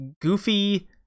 goofy